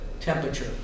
temperature